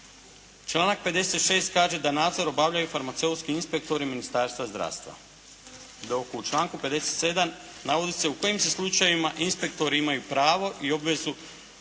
Članak 56. kaže da nadzor obavljaju farmaceutski inspektori Ministarstva zdravstva, dok u članku 57. navodi se u kojim se slučajevima inspektori imaju pravo i obvezu